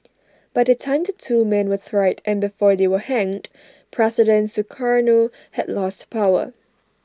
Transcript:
by the time the two men were tried and before they were hanged president Sukarno had lost power